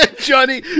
Johnny